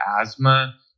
asthma